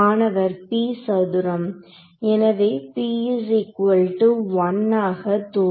மாணவர் p சதுரம் எனவே ஆக தூண்டும்